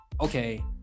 okay